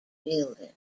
building